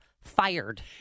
fired